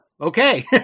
Okay